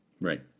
Right